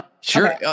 sure